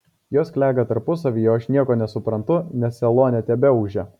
jos klega tarpusavyje o aš nieko nesuprantu nes salone tebeūžia